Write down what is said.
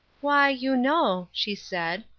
why, you know, she said,